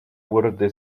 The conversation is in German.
wurde